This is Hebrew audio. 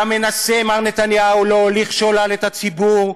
אתה מנסה, מר נתניהו, להוליך שולל את הציבור,